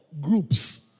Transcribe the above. groups